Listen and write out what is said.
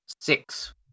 Six